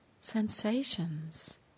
sensations